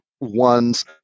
one's